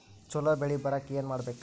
ಛಲೋ ಬೆಳಿ ಬರಾಕ ಏನ್ ಮಾಡ್ಬೇಕ್?